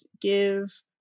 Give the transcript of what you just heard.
give